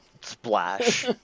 Splash